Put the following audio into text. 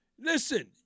Listen